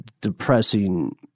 depressing